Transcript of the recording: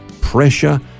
pressure